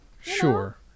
Sure